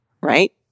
Right